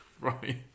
Right